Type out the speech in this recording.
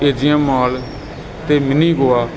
ਏ G M mall ਅਤੇ mini Goa